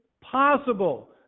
possible